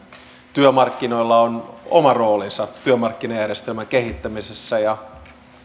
työmarkkinoilla on oma roolinsa työmarkkinajärjestelmän kehittämisessä ja